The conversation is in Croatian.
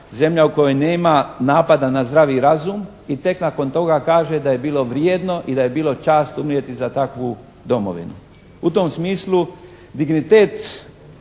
zemlja u kojoj nema napada na zdravi razum i tek nakon toga kaže da je bilo vrijedno i da je bilo čast umrijeti za takvu domovinu. U tom smislu dignitet